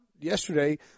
yesterday